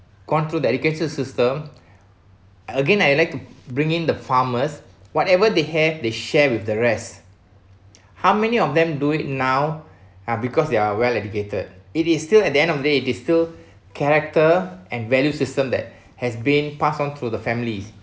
gone through the education system again I'd like to bringing the farmers whatever they have they share with the rest how many of them do it now are because they are well educated it is still at the end of the day it still character and value system that has been passed on through the families